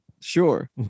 sure